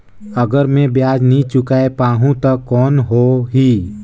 अगर मै ब्याज नी चुकाय पाहुं ता कौन हो ही?